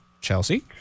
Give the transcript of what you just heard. Chelsea